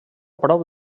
prop